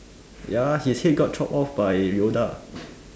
ya his head got chopped off by Yoda